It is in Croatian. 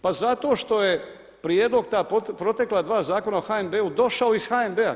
Pa zato što je prijedlog ta protekla dva Zakona o HNB-u došao iz HNB-a.